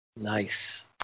Nice